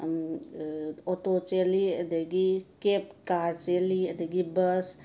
auto ꯆꯦꯜꯂꯤ ꯑꯗꯒꯤ ꯀꯦꯞ ꯀꯥꯔ ꯆꯦꯜꯂꯤ ꯑꯗꯒꯤ ꯕꯁ